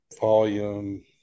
volume